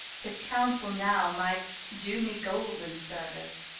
his counsel now might do me golden service